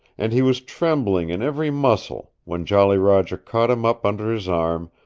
and he was trembling in every muscle when jolly roger caught him up under his arm,